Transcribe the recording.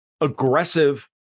aggressive